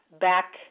back